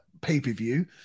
pay-per-view